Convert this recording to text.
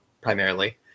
primarily